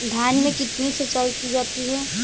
धान में कितनी सिंचाई की जाती है?